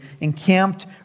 encamped